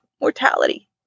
mortality